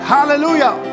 Hallelujah